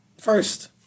First